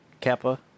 kappa